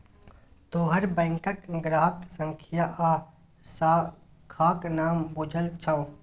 तोहर बैंकक ग्राहक संख्या आ शाखाक नाम बुझल छौ